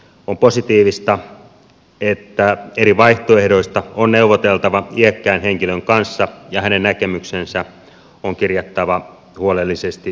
on positiivista että eri vaihtoehdoista on neuvoteltava iäkkään henkilön kanssa ja hänen näkemyksensä on kirjattava huolellisesti muistiin